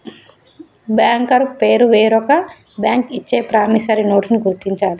banker పేరు వేరొక bank ఇచ్చే ప్రామిసరీ నోటుని గుర్తించాలి